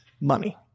money